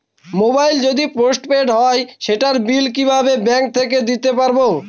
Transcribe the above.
Mobile যদি postpaid হয় সেটার বিল কিভাবে ব্যাংক থেকে দিতে পারব?